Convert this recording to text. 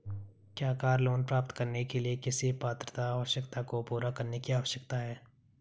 क्या car loan प्राप्त करने के लिए किसी पात्रता आवश्यकता को पूरा करने की आवश्यकता है?